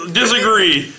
disagree